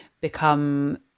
become